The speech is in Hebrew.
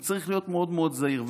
הוא צריך להיות מאוד מאוד זהיר.